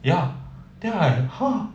ya then I'm !huh!